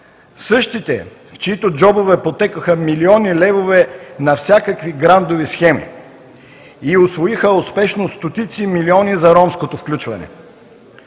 Същите, в чиито джобове потекоха милиони левове на всякакви грантови схеми, усвоиха успешно стотици милиони за ромското включване,